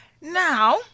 Now